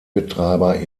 betreiber